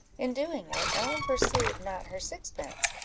in doing it, ellen perceived not her sixpence,